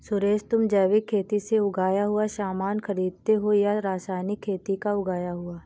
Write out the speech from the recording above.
सुरेश, तुम जैविक खेती से उगाया हुआ सामान खरीदते हो या रासायनिक खेती का उगाया हुआ?